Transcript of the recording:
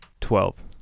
Twelve